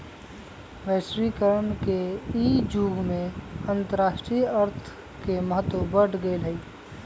वैश्वीकरण के इ जुग में अंतरराष्ट्रीय अर्थ के महत्व बढ़ गेल हइ